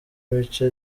ibice